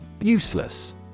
Useless